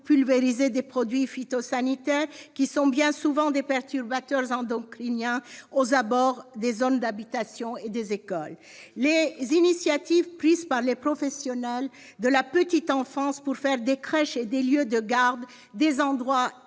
pulvériser des produits phytosanitaires, qui sont bien souvent des perturbateurs endocriniens, aux abords des zones d'habitation et des écoles. Les initiatives prises par les professionnels de la petite enfance pour faire des crèches et des lieux de garde des lieux